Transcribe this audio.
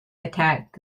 attacked